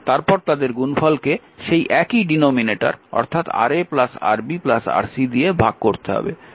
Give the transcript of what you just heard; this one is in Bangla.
তারপর তাদের গুণফলকে সেই একই ডিনোমিনেটর অর্থাৎ Ra Rb Rc দিয়ে ভাগ করতে হবে